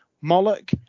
Moloch